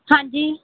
ਹਾਂਜੀ